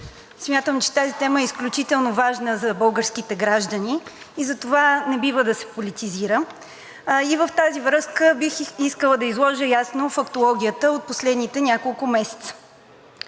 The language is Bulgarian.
Смятам, че тази тема е изключително важна за българските граждани и затова не бива да се политизира. В тази връзка бих искала да изложа ясно фактологията от последните няколко месеца.